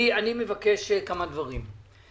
אני מבקש כמה דברים.